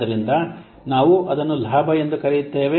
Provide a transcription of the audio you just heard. ಆದ್ದರಿಂದ ನಾವು ಅದನ್ನು ಲಾಭ ಎಂದು ಕರೆಯುತ್ತೇವೆ